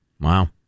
Wow